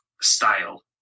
style